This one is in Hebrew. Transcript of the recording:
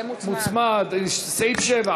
סעיף 7,